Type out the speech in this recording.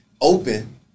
open